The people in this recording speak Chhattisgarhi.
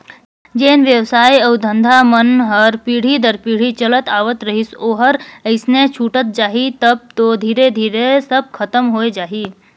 जेन बेवसाय अउ धंधा मन हर पीढ़ी दर पीढ़ी चलत आवत रहिस ओहर अइसने छूटत जाही तब तो धीरे धीरे सब खतम होए जाही